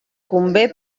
convé